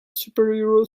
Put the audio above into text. superhero